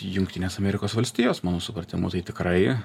jungtinės amerikos valstijos mano supratimu tai tikrai